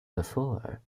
before